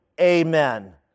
amen